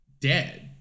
dead